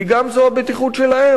כי גם זו הבטיחות שלהם,